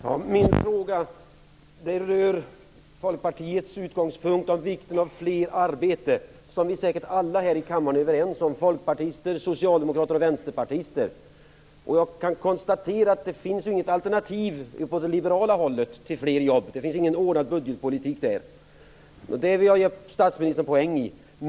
Fru talman! Min fråga rör Folkpartiets utgångspunkt i vikten av fler arbeten, som vi säkert alla här i kammaren är överens om - folkpartister, socialdemokrater och vänsterpartister. Jag kan konstatera att det inte finns något alternativ på det liberala hållet till fler jobb. Det finns ingen ordnad budgetpolitik där. I det vill jag ge statsministern en poäng.